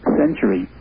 century